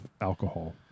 alcohol